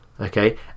Okay